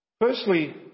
Firstly